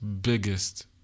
biggest